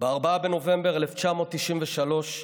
ב-4 בנובמבר 1993,